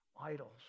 idols